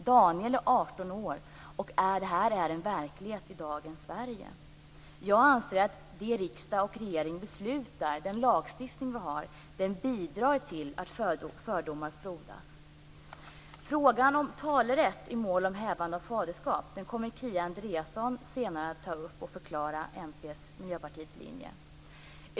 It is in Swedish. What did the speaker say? Daniel är 18 år, och detta är en verklighet i dagens Sverige. Jag anser att det riksdag och regering beslutar - den lagstiftning vi har - bidrar till att fördomar frodas. Frågan om talerätt i mål om hävande av faderskap kommer Kia Andreasson senare att ta upp, och hon förklarar Miljöpartiets linje.